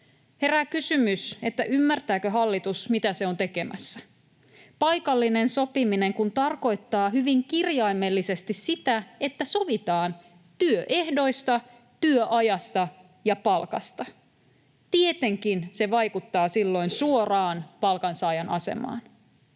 Herää kysymys, ymmärtääkö hallitus, mitä se on tekemässä. Paikallinen sopiminen kun tarkoittaa hyvin kirjaimellisesti sitä, että sovitaan työehdoista, työajasta ja palkasta. Tietenkin se vaikuttaa silloin suoraan paikansaajan asemaan.